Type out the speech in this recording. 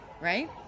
right